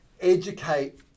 educate